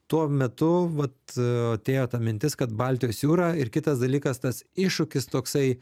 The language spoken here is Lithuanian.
tuo metu vat atėjo ta mintis kad baltijos jūra ir kitas dalykas tas iššūkis toksai